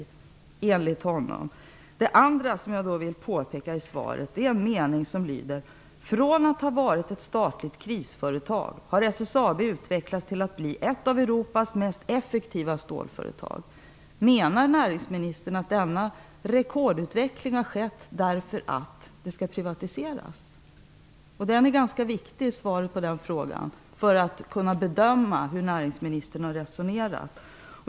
Sedan vill jag påpeka en mening i svaret som lyder: ''Från att ha varit ett statligt krisföretag har SSAB utvecklats till att bli ett av Europas mest effektiva stålföretag.'' Menar näringsministern att denna rekordutveckling har skett därför att företaget skulle privatiseras? Svaret på den frågan är ganska viktigt för att kunna bedöma hur näringsministern har resonerat.